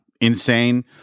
insane